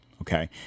Okay